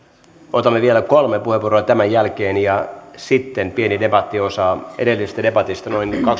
otamme vielä kolme puheenvuoroa tämän jälkeen ja sitten pieni debattiosa edellisestä debatista jääneet noin kaksikymmentä